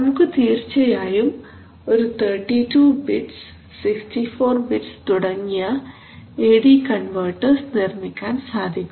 നമുക്ക് തീർച്ചയായും ഒരു 32 ബിറ്റ്സ് 64 ബിറ്റ്സ് തുടങ്ങിയ എ ഡി കൺവെർട്ടർസ് നിർമ്മിക്കാൻ സാധിക്കും